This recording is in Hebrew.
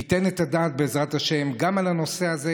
ייתן את הדעת בעזרת השם גם על הנושא הזה,